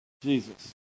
Jesus